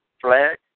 flag